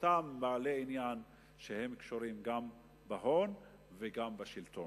את אותם בעלי עניין שקשורים גם בהון וגם בשלטון,